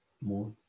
more